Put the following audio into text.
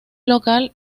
local